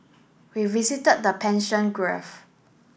we visited the Gulf